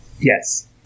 Yes